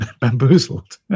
bamboozled